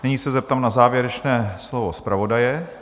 Nyní se zeptám na závěrečné slovo zpravodaje.